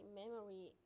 memory